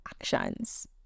actions